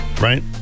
right